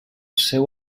seu